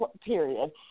period